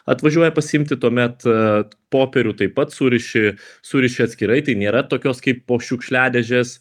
atvažiuoja pasiimti tuomet popierių taip pat suriši suriši atskirai tai nėra tokios kaip po šiukšliadėžės